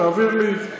תעביר לי,